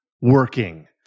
working